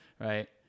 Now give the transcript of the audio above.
right